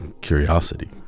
curiosity